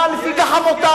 ההלכה לפי גחמותיו.